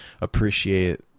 appreciate